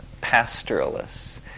pastoralists